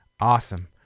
Awesome